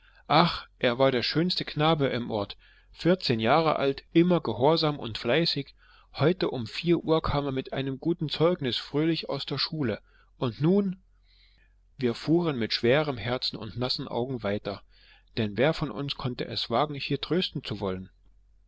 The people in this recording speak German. ach er war der schönste knabe im ort vierzehn jahre alt immer gehorsam und fleißig heute um vier uhr kam er mit gutem zeugnis fröhlich aus der schule und nun wir fuhren mit schwerem herzen und nassen augen weiter denn wer von uns konnte es wagen hier trösten zu wollen